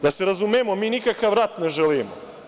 Da se razumemo, mi nikakav rat ne želimo.